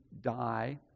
die